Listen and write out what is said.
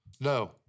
No